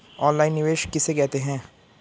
Online निवेश किसे कहते हैं?